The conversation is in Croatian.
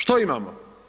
Što imamo?